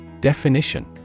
Definition